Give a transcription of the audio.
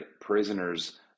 prisoners